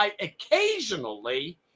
occasionally